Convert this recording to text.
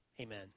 amen